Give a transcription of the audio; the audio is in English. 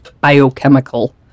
biochemical